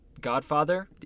Godfather